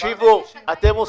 ביום שישי.